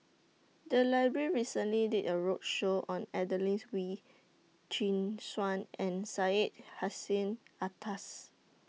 The Library recently did A roadshow on Adelene's Wee Chin Suan and Syed Hussein Alatas